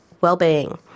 well-being